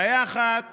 בעיה אחת